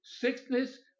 Sickness